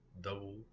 double